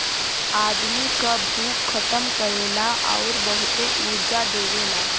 आदमी क भूख खतम करेला आउर बहुते ऊर्जा देवेला